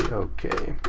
okay.